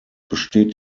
besteht